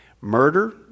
Murder